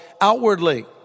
outwardly